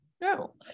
No